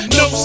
no